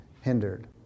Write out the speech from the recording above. hindered